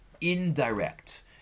indirect